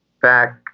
Back